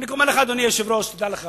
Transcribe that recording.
אני אומר לך, אדוני היושב-ראש, תדע לך